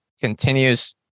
continues